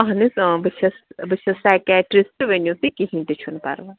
اہن حظ بہٕ چھَس بہٕ چھَس سایکیٹرِسٹ ؤنِو تُہۍ کِہیٖنۍ تہِ چھُہٕ پَرواے